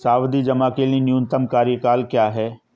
सावधि जमा के लिए न्यूनतम कार्यकाल क्या है?